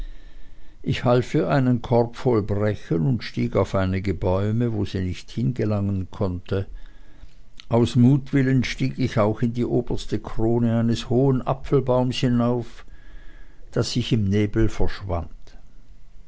ich half ihr einen korb voll brechen und stieg auf einige bäume wo sie nicht hingelangen konnte aus mutwillen stieg ich auch in die oberste krone eines hohen apfelbaumes hinauf daß ich im nebel verschwand